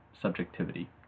subjectivity